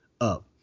up